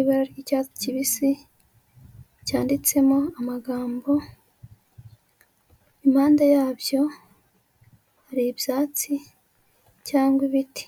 ibara ry'icyatsi kibisi cyanditsemo amagambo, impande yabyo hari ibyatsi cyangwa ibiti.